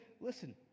listen